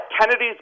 Kennedy's